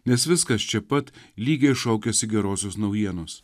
nes viskas čia pat lygiai šaukiasi gerosios naujienos